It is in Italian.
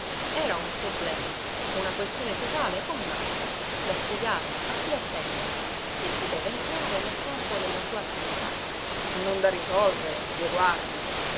era un problema una questione sociale come un'altra da studiare a cui attendere e poteva entrare nel campo della sua attività non da risolvere dio guardi